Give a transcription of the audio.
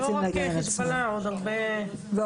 לא רק חיזבאללה, אלא עוד הרבה אחרים.